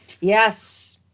yes